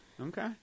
Okay